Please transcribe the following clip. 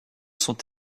sont